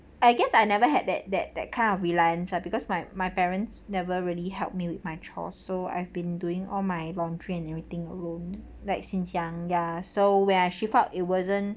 I guess I never had that that that kind of reliance ah because my my parents never really helped me with my chore so I've been doing all my laundry and everything alone like since young ya so when I shift out it wasn't